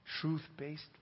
truth-based